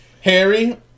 Harry